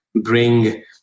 bring